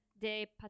de